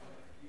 מי שני.